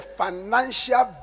financial